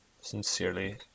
sincerely